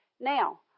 Now